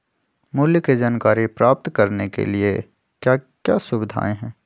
मूल्य के जानकारी प्राप्त करने के लिए क्या क्या सुविधाएं है?